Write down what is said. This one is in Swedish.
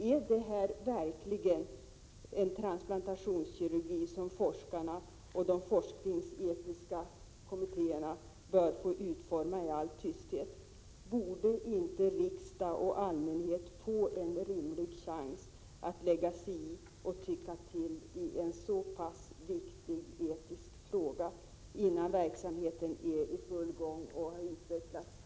Är det här verkligen en transplantationskirurgi som forskare och de forskningsetiska kommittérna bör få utforma i all tysthet? Borde inte riksdag och allmänhet få en rimlig chans att lägga sig i och tycka tilli en så pass viktig — Prot. 1987/88:52 etisk fråga, innan verksamheten är i full gång och har utvecklats till praxis?